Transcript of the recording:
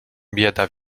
bieda